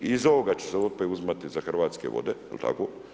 I iz ovoga će se opet uzimati za Hrvatske vode, jel' tako?